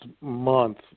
month